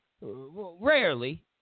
rarely